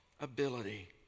ability